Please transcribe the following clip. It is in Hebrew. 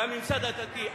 והממסד הדתי,